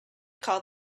call